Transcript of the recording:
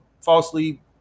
falsely